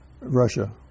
russia